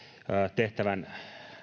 tehtävän